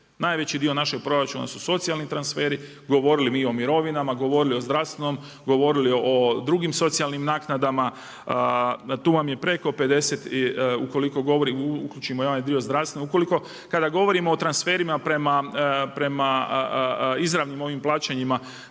Najveći dio našeg proračuna su socijalni transferi, govorili mi o mirovinama, govorili o zdravstvenom, govorili o drugim socijalnim naknadama. Tu vam je preko 50, ukoliko uključimo i onaj dio zdravstveno. Ukoliko, kada govorimo o transferima prema izravnim ovim plaćanjima